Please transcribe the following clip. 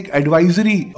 advisory